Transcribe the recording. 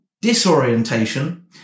disorientation